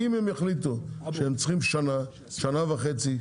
אם הם יחליטו שהם צריכים שנה-שנה וחצי,